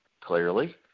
clearly